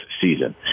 season